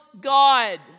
God